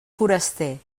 foraster